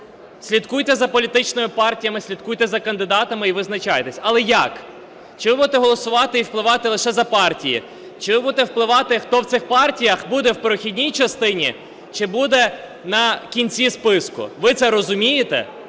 Слідкуйте за політичними партіями, слідкуйте за кандидати і визначайтесь. Але як? Чи ви будете голосувати і впливати лише за партії? Чи ви будете впливати, хто в цих партіях буде в прохідній частині, чи буде на кінці списку. Ви це розумієте?